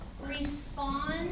respond